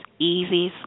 easy